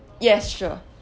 yes sure